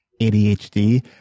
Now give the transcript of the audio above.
ADHD